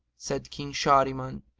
said king shahriman,